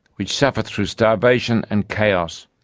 which suffered through starvation and chaos,